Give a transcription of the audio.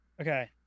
Okay